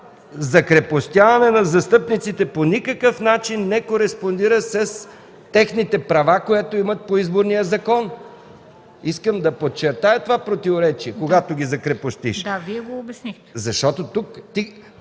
закрепостяване на застъпниците по никакъв начин не кореспондира с техните права, които имат по Изборния закон. Искам да подчертая това противоречие, когато ги закрепостиш. ПРЕДСЕДАТЕЛ МЕНДА